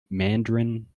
mandarin